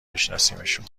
بشناسیمشون